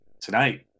tonight